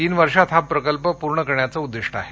तीन वर्षात हा प्रकल्प पूर्ण करण्याचं उद्दिष्ट आहे